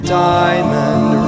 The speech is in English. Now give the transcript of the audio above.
diamond